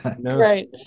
right